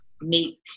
make